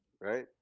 right